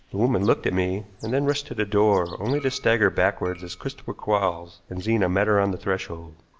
the woman looked at me, and then rushed to the door, only to stagger backward as christopher quarles and zena met her on the threshold.